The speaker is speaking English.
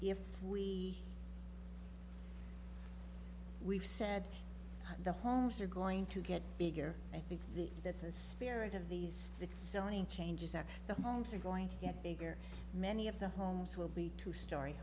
if we we've said the homes are going to get bigger i think the that the spirit of these the zoning changes that the homes are going to get bigger many of the homes will be two stor